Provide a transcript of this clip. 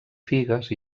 figues